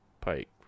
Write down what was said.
Pike